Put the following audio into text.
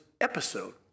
episode